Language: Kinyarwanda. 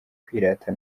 kwirata